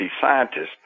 scientists